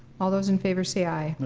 all those in favor say aye.